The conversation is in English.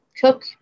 cook